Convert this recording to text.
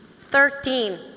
Thirteen